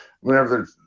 whenever